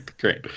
Great